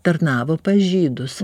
tarnavo pas žydus